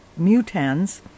mutans